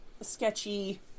sketchy